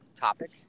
topic